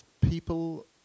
people